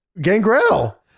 Gangrel